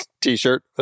T-shirt